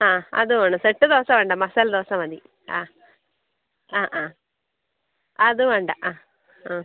ആ അത് വേണം സെറ്റ് ദോശ വേണ്ട മസാലദോശ മതി ആ ആ ആ അത് വേണ്ട ആ ആ